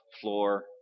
floor